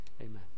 amen